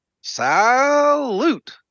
Salute